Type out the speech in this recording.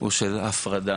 הוא של הפרדה,